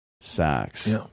sacks